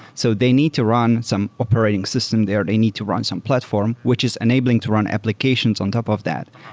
so they need to run some operating system there. they need to run some platform, which is enabling to run applications on top of that.